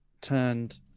turned